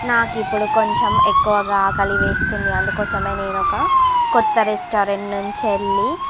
నాకు ఇప్పుడు కొంచెం ఎక్కువగా ఆకలి వేస్తుంది అందుకోసమే నేను ఒక కొత్త రెస్టారెంట్ నుండి